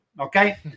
okay